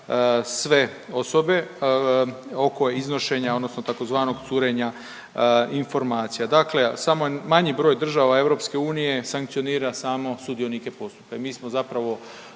sve osobe oko iznošenja, odnosno tzv. curenja informacija. Dakle, samo manji broj država EU sankcionira samo sudionike postupka i mi smo zapravo